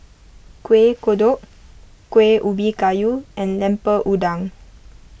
Kuih Kodok Kueh Ubi Kayu and Lemper Udang